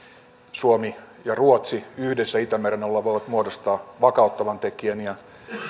suomi ja ruotsi yhdessä itämeren alueella voivat muodostaa vakauttavan tekijän ja